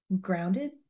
grounded